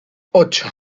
ocho